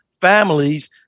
families